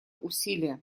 усилия